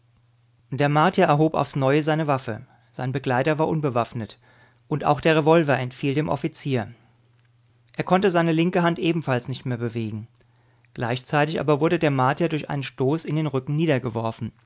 der martier erhob aufs neue seine waffe sein begleiter war unbewaffnet und auch der revolver entfiel dem offizier er konnte seine linke hand ebenfalls nicht mehr bewegen gleichzeitig aber wurde der martier durch einen stoß in den rücken